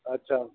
अच्छा